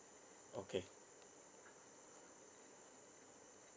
okay